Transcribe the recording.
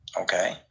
Okay